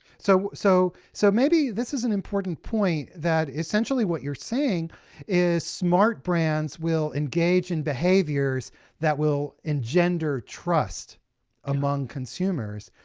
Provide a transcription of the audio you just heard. so so so, maybe this is an important point, that essentially what you're saying is smart brands will engage in behaviors that will engender trust among consumers.